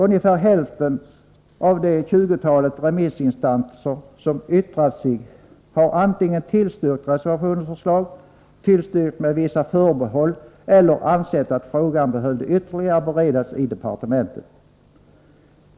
Ungefär hälften av det tjugotal remissinstanser som yttrat sig har antingen tillstyrkt reservationens förslag, tillstyrkt med vissa förbehåll eller ansett att frågan behövde ytterligare beredas i departementet.